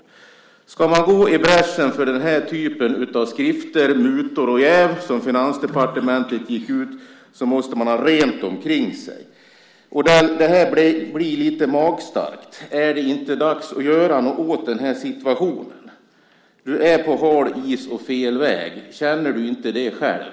Om man ska gå i bräschen för den typ av skrifter som Om mutor och jäv som Finansdepartementet gick ut med måste man ha rent omkring sig. Det här blir lite magstarkt. Är det inte dags att göra något åt den här situationen? Du är på hal is och på fel väg. Känner du inte det själv?